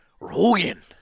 Rogan